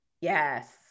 Yes